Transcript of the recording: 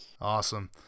Awesome